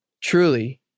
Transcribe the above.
truly